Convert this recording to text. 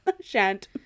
Shan't